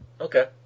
Okay